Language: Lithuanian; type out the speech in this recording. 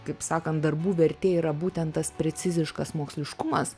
kaip sakant darbų vertė yra būtent tas preciziškas moksliškumas